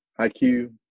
IQ